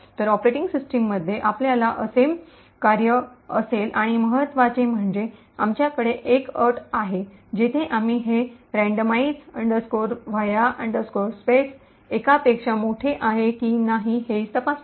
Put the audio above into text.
तर ऑपरेटिंग सिस्टममध्ये आपल्याकडे असे कार्य असेल आणि महत्त्वाचे म्हणजे आमच्यासाठी एक अट आहे जिथे आम्ही हे यादृच्छिक वा स्पेस randomize va space एकापेक्षा मोठे आहे की नाही हे तपासतो